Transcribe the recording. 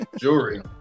Jewelry